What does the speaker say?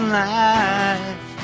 life